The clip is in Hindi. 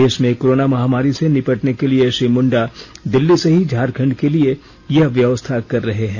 देश में कोरोना महामारी से निपटने के लिए श्री मुंडा दिल्ली से ही झारखंड के लिए यह व्यवस्था कर रहे हैं